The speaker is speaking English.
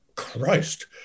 Christ